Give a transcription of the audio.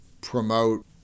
promote